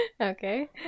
Okay